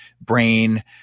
brain